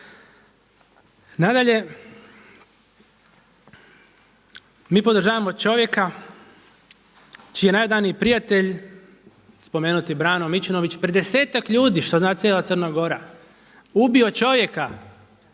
Nadalje, mi podržavamo čovjeka čiji je najodaniji prijatelj, spomenuti Brano Mičinović pred 10-ak ljudi, što zna cijela Crna Gora, ubio čovjeka